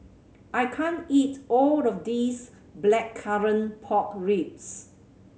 I can't eat all of this Blackcurrant Pork Ribs